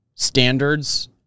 standards